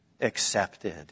accepted